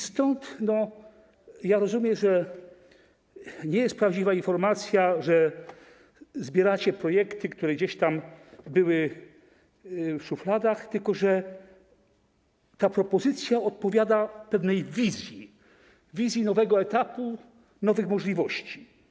Stąd rozumiem, że nie jest prawdziwa informacja, że zbieracie projekty, które gdzieś tam były w szufladach, tylko że ta propozycja odpowiada pewnej wizji, wizji nowego etapu, nowych możliwości.